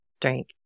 drink